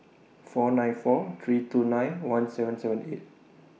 four nine four three two nine one seven seven eight